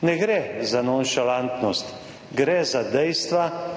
Ne gre za nonšalantnost, gre za dejstva,